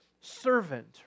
servant